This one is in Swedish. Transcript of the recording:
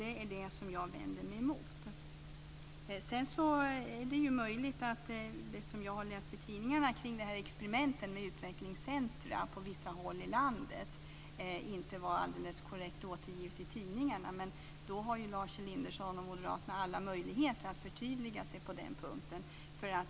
Det är möjligt att det inte var helt korrekt återgivet i tidningen om experimenten med utvecklingscentrum på vissa håll i landet. Då har Lars Elinderson och moderaterna alla möjligheter att förtydliga sig på den punkten.